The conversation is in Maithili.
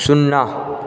शुन्ना